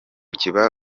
kiba